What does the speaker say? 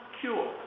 cure